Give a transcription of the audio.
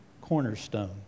cornerstone